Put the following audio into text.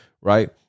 right